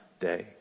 day